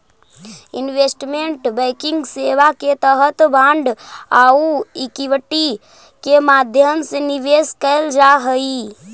investment banking सेवा के तहत बांड आउ इक्विटी के माध्यम से निवेश कैल जा हइ